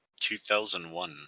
2001